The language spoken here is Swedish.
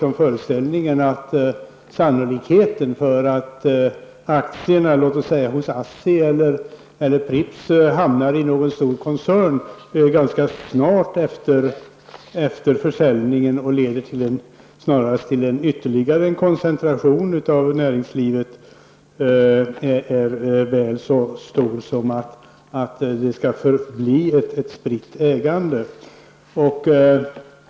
Om aktier i exempelvis ASSI eller Pripps hamnar i en stor koncern föreställer jag mig att följden ganska snart blir en ytterligare koncentration i näringslivet. Den risken är väl så stor som att det blir ett spritt ägande.